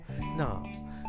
no